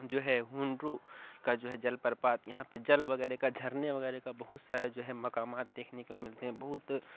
جو ہے ہونڈرو کا جو ہے جل پرپات یہاں پہ جل وغیرہ کا جھرنے وغیرہ کا بہت سارا جو ہے مقامات دیکھنے کو ملتے ہیں بہت